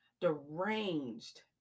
deranged